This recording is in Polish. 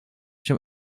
się